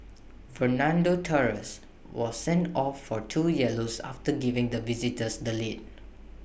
Fernando Torres was sent off for two yellows after giving the visitors the lead